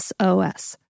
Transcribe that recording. SOS